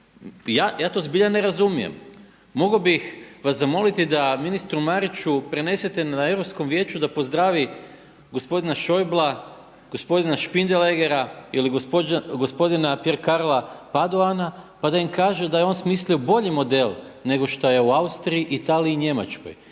Ja to zbilja ne razumijem. Mogao bih vas zamoliti da ministru Mariću prenesete na Europskom vijeću da pozdravi gospodina Schäuble Spindeleggera ili gospodina Pier Carlo Padoana pa da im kaže da je on smislio bolji model nego što je u Austriji, Italiji i Njemačkoj